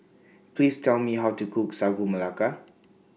Please Tell Me How to Cook Sagu Melaka